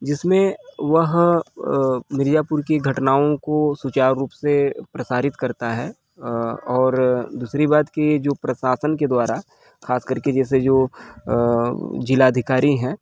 जिसमें वह अ मिर्जापुर की घटनाओं को सुचारू रूप से प्रसारित करता है अ और दूसरी बात की जो प्रशासन के द्वारा खासकर के जैसे जो अ जिलाधिकारी हैं